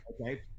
okay